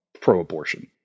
pro-abortion